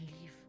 leave